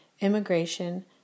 immigration